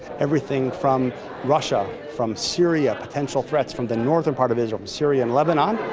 everything from russia, from syria, potential threats from the northern part of israel, syria, and lebanon,